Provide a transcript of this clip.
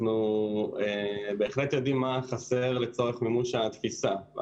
אנחנו בהחלט יודעים מה חסר לצורך מימוש התפיסה.